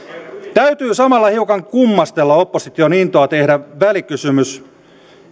täytyy samalla hiukan kummastella opposition intoa tehdä välikysymys